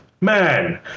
man